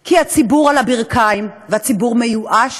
כי הציבור על הברכיים, הציבור מיואש,